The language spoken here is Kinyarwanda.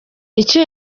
icyo